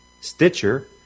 Stitcher